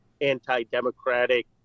anti-democratic